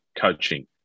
coaching